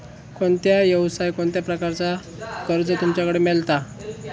कोणत्या यवसाय कोणत्या प्रकारचा कर्ज तुमच्याकडे मेलता?